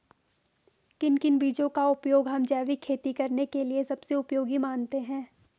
किन किन बीजों का उपयोग हम जैविक खेती करने के लिए सबसे उपयोगी मानते हैं?